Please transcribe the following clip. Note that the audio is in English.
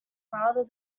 rather